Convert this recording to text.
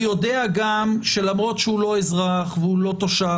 ויודע גם שלמרות שהוא לא אזרח ולא תושב,